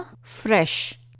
fresh